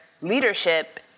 leadership